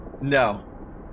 No